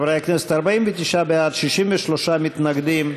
חברי הכנסת, 49 בעד, 63 מתנגדים,